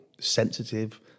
sensitive